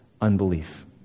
unbelief